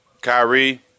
Kyrie